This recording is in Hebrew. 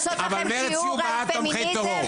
לעשות לכם שיעור על פמיניזם?